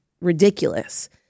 ridiculous